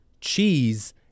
cheese